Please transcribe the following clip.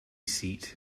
seat